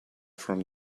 from